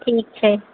ठीक छै